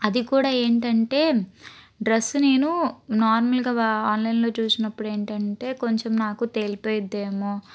అది కూడా ఏంటంటే డ్రస్ నేను నార్మల్గా ఆన్లైన్లో చూసినప్పుడు ఏంటంటే కొంచం నాకు తెలుపు అవుతద్ది ఏమో